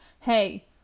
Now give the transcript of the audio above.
hey